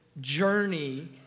journey